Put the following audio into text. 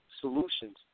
solutions